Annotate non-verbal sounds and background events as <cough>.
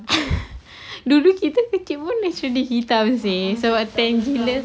<laughs> dulu kita kecil boleh jadi hitam seh sebab tan gila